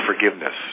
forgiveness